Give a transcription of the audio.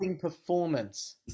performance